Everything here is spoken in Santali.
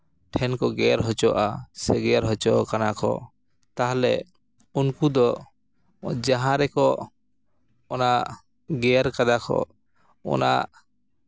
ᱴᱷᱮᱱ ᱠᱚ ᱜᱮᱨ ᱦᱚᱪᱚᱜᱼᱟ ᱥᱮ ᱜᱮᱨ ᱦᱚᱪᱚ ᱟᱠᱟᱱᱟ ᱠᱚ ᱛᱟᱦᱚᱞᱮ ᱩᱱᱠᱩ ᱫᱚ ᱡᱟᱦᱟᱸ ᱨᱮᱠᱚ ᱚᱱᱟ ᱜᱮᱨ ᱠᱟᱫᱟ ᱠᱚ ᱚᱱᱟ